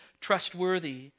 trustworthy